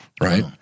right